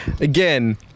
Again